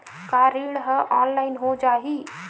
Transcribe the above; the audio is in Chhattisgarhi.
का ऋण ह ऑनलाइन हो जाही?